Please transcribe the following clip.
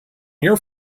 here